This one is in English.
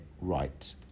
right